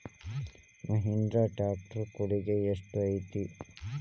Mahindra tractor ಕೊಡುಗೆ ಎಷ್ಟು ಐತಿ?